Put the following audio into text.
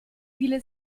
viele